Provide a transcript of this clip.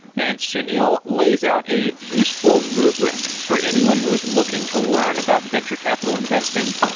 and sunil lays out a useful rubric for anyone who is looking to learn about venture capital investing,